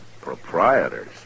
proprietors